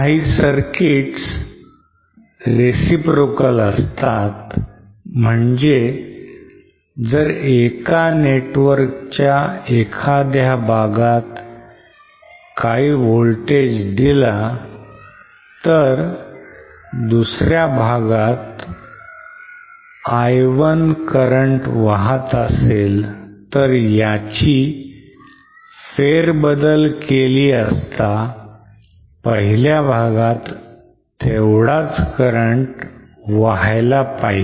काही circuits reciprocal असतात म्हणजे जर एका network च्या एखाद्या भागात काही voltage दिल आणि दुसऱ्या भागात I1 current वाहत असेल तर याची फेरबदल केली असता पहिल्या भागात तेवढाच current वाहायला हवा